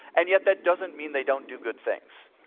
and yet that doesn't mean they don't do good things.